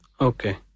Okay